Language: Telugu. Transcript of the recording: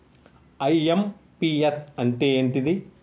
ఐ.ఎమ్.పి.యస్ అంటే ఏంటిది?